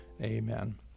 Amen